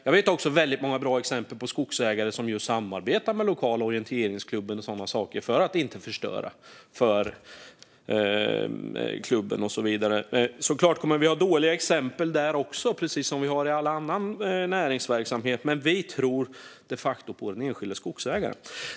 Jag vet också väldigt många bra exempel på skogsägare som samarbetar med den lokala orienteringsklubben och så vidare för att inte förstöra för dem. Såklart kommer vi att ha dåliga exempel där också, precis som vi har i all annan näringsverksamhet. Men vi tror de facto på den enskilda skogsägaren.